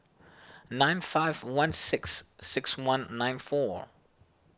nine five one six six one nine four